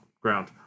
ground